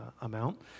amount